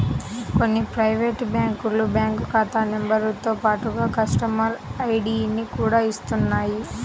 కొన్ని ప్రైవేటు బ్యాంకులు బ్యాంకు ఖాతా నెంబరుతో పాటుగా కస్టమర్ ఐడిని కూడా ఇస్తున్నాయి